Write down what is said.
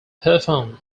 performed